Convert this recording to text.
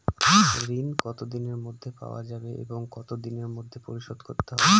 ঋণ কতদিনের মধ্যে পাওয়া যাবে এবং কত দিনের মধ্যে পরিশোধ করতে হবে?